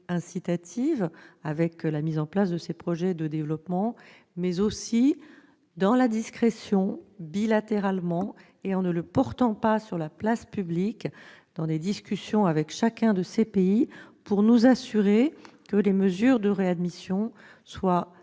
incitatives, notamment la mise en place de projets de développement, mais aussi dans la discrétion, bilatéralement, sans le porter sur la place publique, au cours de discussions avec chacun de ces pays, afin de nous assurer que les mesures de réadmission sont